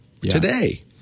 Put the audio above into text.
today